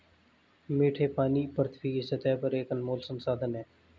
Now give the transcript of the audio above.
मीठे पानी पृथ्वी की सतह पर एक अनमोल संसाधन है